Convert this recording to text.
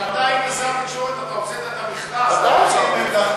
כשאתה היית שר התקשורת אתה הוצאת את המכרז לערוץ הערבי.